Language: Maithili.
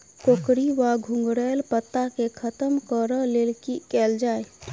कोकरी वा घुंघरैल पत्ता केँ खत्म कऽर लेल की कैल जाय?